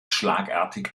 schlagartig